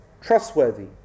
trustworthy